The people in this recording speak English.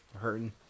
hurting